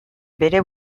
bere